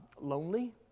lonely